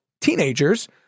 teenagers